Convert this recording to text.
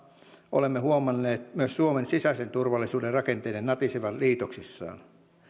olemme huomanneet myös suomen sisäisen turvallisuuden rakenteiden natisevan liitoksissaan